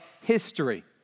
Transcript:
history